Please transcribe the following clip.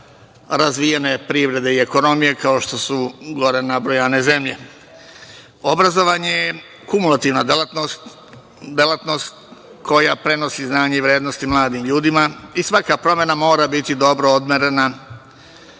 razvijene privrede i ekonomije, kao što su gore nabrojane zemlje. Obrazovanje je kumulativna delatnost, delatnost koja prenosi znanje i vrednosti mladim ljudima i svaka promena mora biti dobro odmerena,